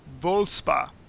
Volspa